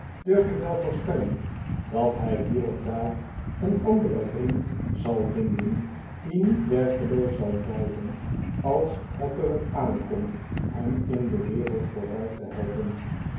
durf ik wel voorspellen dat hij hier of da'ar een anderen vriend zal vinden die niet werkeloos zal blijven als het er op aankomt hem in de wereld vooruit te helpen